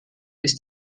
ist